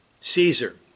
Caesar